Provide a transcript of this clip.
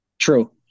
true